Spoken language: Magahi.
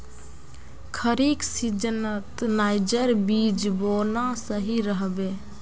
खरीफ सीजनत नाइजर बीज बोना सही रह बे